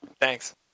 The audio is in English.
thanks